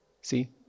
See